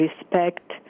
respect